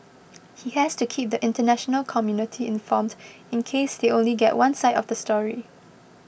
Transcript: he has to keep the international community informed in case they only get one side of the story